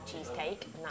cheesecake